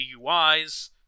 DUIs